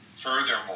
Furthermore